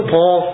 Paul